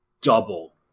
double